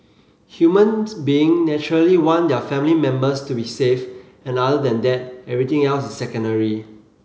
humans being naturally want their family members to be safe and other than that everything else is secondary